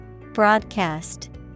Broadcast